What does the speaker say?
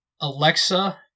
Alexa